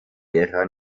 ihrer